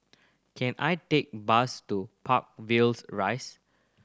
can I take a bus to Park Villas Rise